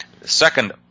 Second